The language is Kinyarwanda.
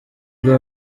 rwe